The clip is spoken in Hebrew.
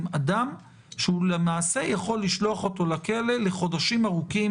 בכל זאת במעצר עד תום ההליכים אנחנו מדברים על אדם שהוא עדיין בחזקת חף